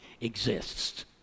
exists